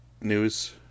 news